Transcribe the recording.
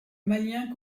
malien